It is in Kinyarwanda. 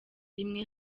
rimwe